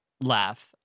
laugh